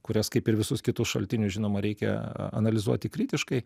kurias kaip ir visus kitus šaltinius žinoma reikia analizuoti kritiškai